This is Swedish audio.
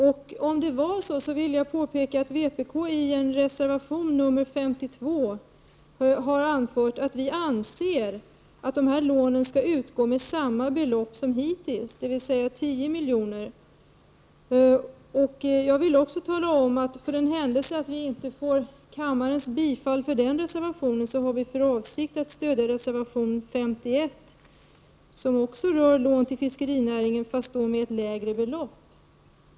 Om jag uppfattade honom rätt, vill jag påpeka att vpk i reservation 52 har anfört att vi anser att dessa lån skall utgå med samma belopp som hittills, dvs. 10 milj.kr. Jag vill också tala om att för den händelse att vi inte får kammarens bifall till den reservationen, har vi för avsikt att stödja reservation 51, som likaledes rör lån till fiskerinäringen, men med lägre belopp.